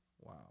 Wow